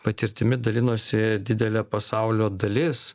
patirtimi dalinosi didelė pasaulio dalis